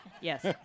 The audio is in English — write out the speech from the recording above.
Yes